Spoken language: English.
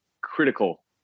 critical